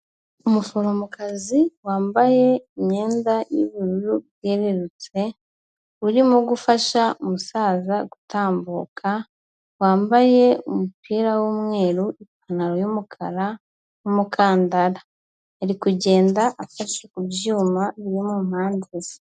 Umuforomokazi wambaye imyenda y'ubururu bwererutse urimo gufasha umusaza gutambuka wambaye umupira w'umweru ipantaro y'umukara n'umukandara, ari kugenda afashe ku byuma biri mu mpande ze.